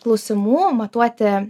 klausimų matuoti